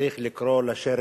צריך לקרוא לשרץ